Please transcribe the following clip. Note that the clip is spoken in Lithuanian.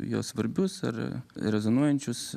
jo svarbius ar rezonuojančius